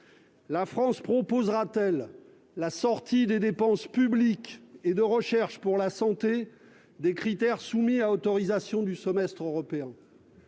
La France proposera-t-elle de sortir les dépenses publiques et de recherche consacrées à la santé des critères soumis à l'examen du semestre européen ?